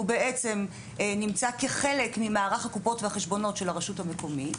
והוא בעצם נמצא כחלק ממערך הקופות והחשבונות של הרשות המקומית,